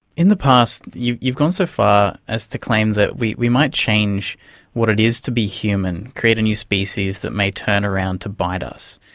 in the past you've you've gone so far as to claim that we we might change what it is to be human, create a new species that may turn around to bite us.